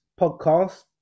podcast